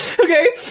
Okay